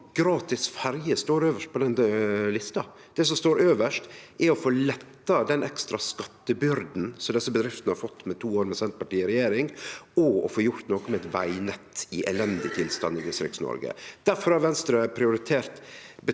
gratis ferje står øvst på den lista. Det som står øvst, er å få letta den ekstra skattebyrda som desse bedriftene har fått med to år med Senterpartiet i regjering, og å få gjort noko med eit vegnett i elendig tilstand i Distrikts-Noreg. Difor har Venstre prioritert betydelege